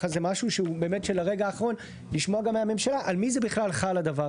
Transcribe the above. כך צריך להיות בכל נקודה